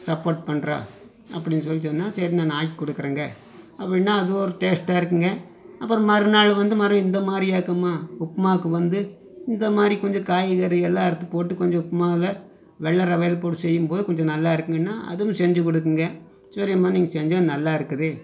support பண்ணுறோம் அப்படின்னு சொல்லி சொன்னா சரி நான் ஆக்கி கொடுக்குறேங்க அப்படின்னா அது ஒரு டேஸ்ட்டாக இருக்கும்ங்க அப்புறம் மறுநாள் வந்து மறு இந்த மாதிரி ஆக்கும்மா உப்புமாக்கு வந்து இந்த மாதிரி கொஞ்சம் காய்கறிகள்லாம் அறுத்து போட்டு கொஞ்சம் உப்புமாவ வெள்ளை ரவையில் போட்டு செய்யும் போது கொஞ்சம் நல்லா இருக்கும்ங்கனா அதுவும் செஞ்சு கொடுக்குங்க சரிம்மா நீங்கள் செஞ்சது நல்லா இருக்குது